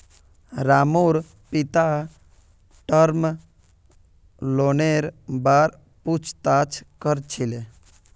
रामूर पिता टर्म लोनेर बार पूछताछ कर छिले